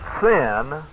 sin